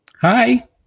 Hi